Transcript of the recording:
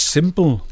Simple